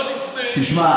תשמע,